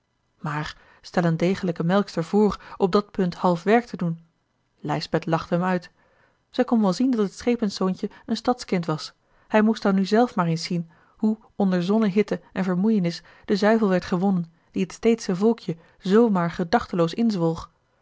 maar stel eene degelijke melkster voor op dat punt half werk te doen lijsbeth lachte hem uit zij kon wel zien dat het schepens zoontje een stads kind was hij moest dan nu zelf maar eens zien hoe onder zonnehitte en vermoeienis de zuivel werd gewonnen dien het steedsche volkje zoo maar gedachteloos inzwolg